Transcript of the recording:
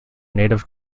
native